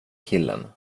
killen